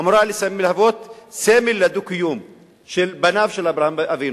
אמורה להוות סמל לדו-קיום של בניו של אברהם אבינו,